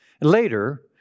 Later